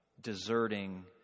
deserting